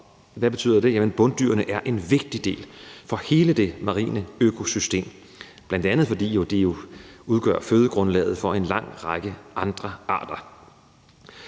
hvad betyder det? Bunddyrene er en vigtig del af hele det marine økosystem, bl.a. fordi de jo udgør fødegrundlaget for en lang række andre arter.